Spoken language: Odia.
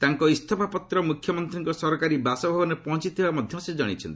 ତାଙ୍କ ଇସଫାପତ୍ର ମ୍ରଖ୍ୟମନ୍ତ୍ରୀଙ୍କ ସରକାରୀ ବାସଭବନରେ ପହଞ୍ଚିଥିବା ମଧ୍ୟ ସେ ଜଣାଇଛନ୍ତି